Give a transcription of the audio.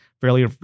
fairly